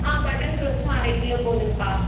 ஆ button ரோஸும் அரைக்கிலோ போதும்க்கா